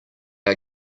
are